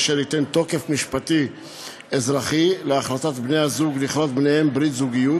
אשר ייתן תוקף משפטי אזרחי להחלטת בני-הזוג לכרות ביניהם ברית זוגיות